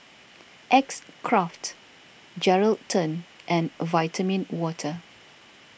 X Craft Geraldton and Vitamin Water